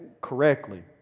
correctly